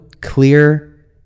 clear